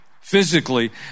physically